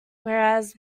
whereas